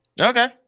okay